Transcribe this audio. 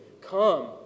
Come